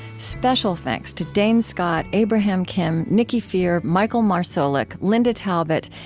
special thanks to dane scott, abraham kim, nicky phear, michael marsolek, linda talbott,